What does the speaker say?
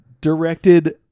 directed